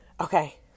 Okay